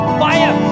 fire